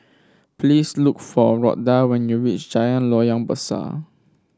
please look for Rhoda when you reach Jalan Loyang Besar